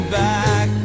back